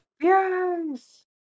Yes